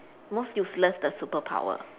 most useless the superpower